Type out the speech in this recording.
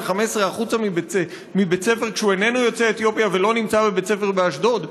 15 החוצה מבית ספר כשהוא איננו יוצא אתיופיה ולא נמצא בבית ספר באשדוד?